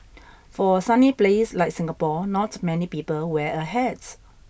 for a sunny place like Singapore not many people wear a hat